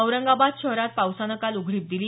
औरंगाबाद शहरात पावसानं काल उघडीप दिली